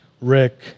Rick